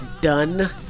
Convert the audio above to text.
done